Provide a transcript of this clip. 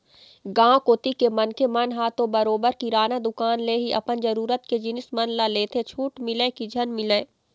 गाँव कोती के मनखे मन ह तो बरोबर किराना दुकान ले ही अपन जरुरत के जिनिस मन ल लेथे छूट मिलय की झन मिलय